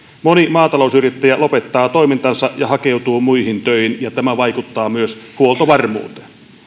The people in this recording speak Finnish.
moni maatalousyrittäjä lopettaa toimintansa ja hakeutuu muihin töihin ja tämä vaikuttaa myös huoltovarmuuteen